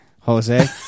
Jose